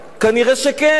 כנראה כן.